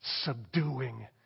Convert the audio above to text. subduing